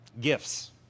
gifts